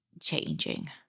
Changing